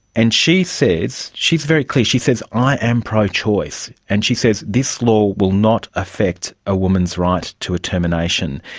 and she says, she is very clear, she says, i am pro-choice and she says, this law will not affect a woman's right to a termination.